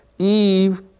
Eve